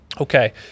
okay